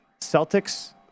Celtics